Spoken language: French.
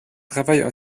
travaillent